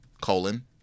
colon